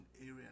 area